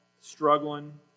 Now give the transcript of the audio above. struggling